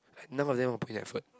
none of them will put in effort